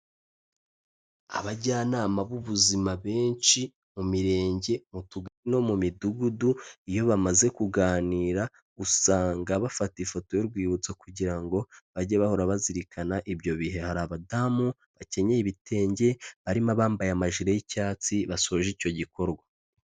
Abajyanama b'ubuzima benshi mu mirenge, mu tugari no mu midugudu, iyo bamaze kuganira usanga bafata ifoto y'urwibutso kugira ngo bajye bahora bazirikana ibyo bihe, hari abadamu bakenyeye ibitenge harimo abambaye amajire y'icyatsi basoje icyo gikorwa.